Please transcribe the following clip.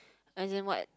as in what